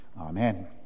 Amen